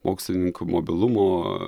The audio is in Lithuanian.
mokslininkų mobilumo